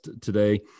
today